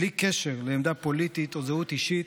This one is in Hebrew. בלי קשר לעמדה פוליטית או זהות אישית,